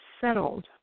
settled